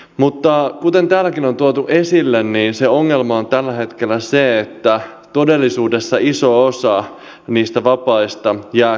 mutta kuten täälläkin on tuotu esille se ongelma on tällä hetkellä se että todellisuudessa iso osa niistä vapaista jää käyttämättä